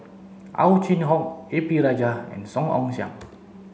Ow Chin Hock A P Rajah and Song Ong Siang